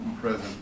present